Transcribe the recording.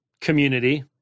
community